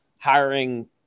hiring